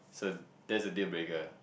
so that's the deal breaker